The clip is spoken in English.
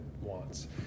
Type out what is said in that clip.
wants